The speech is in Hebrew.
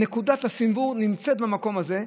נקודת הסנוור נמצאת במקום הזה.